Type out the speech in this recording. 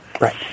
Right